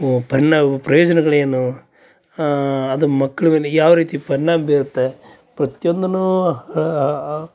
ಪರ್ಣಾಮ ಪ್ರಯೋಜನಗಳೇನು ಅದು ಮಕ್ಳ ಮೇಲೆ ಯಾವ ರೀತಿ ಪರ್ಣಾಮ ಬೀರುತ್ತೆ ಪ್ರತಿಯೊಂದನ್ನೂ